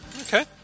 Okay